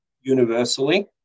universally